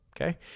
okay